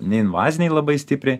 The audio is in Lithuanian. neinvaziniai labai stipriai